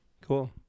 Cool